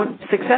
Success